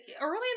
early